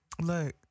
Look